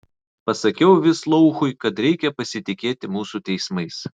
pasakiau vislouchui kad reikia pasitikėti mūsų teismais